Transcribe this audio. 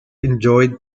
enjoyed